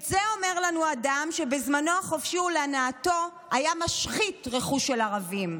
את זה אומר לנו אדם שבזמנו החופשי ולהנאתו היה משחית רכוש של ערבים.